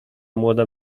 młoda